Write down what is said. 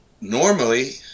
normally